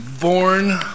born